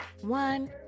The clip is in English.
one